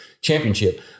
championship